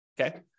okay